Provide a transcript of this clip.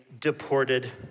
deported